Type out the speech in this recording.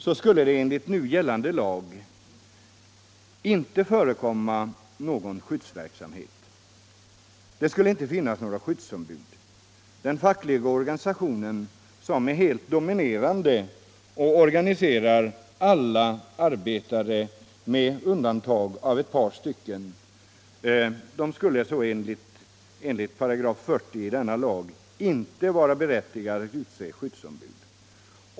så skulle det enligt nu gällande lag inte förekomma någon skyddsverksamhet eller några skyddsombud. Den fackliga organisationen som här är helt dominerande och organiserar alla arbetare med undantag av ett par stycken skulle enligt 40 5 1 gällande lag inte vara berättigad att utse skyddsombud.